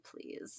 please